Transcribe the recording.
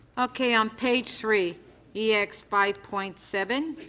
okay on page three e x five point seven.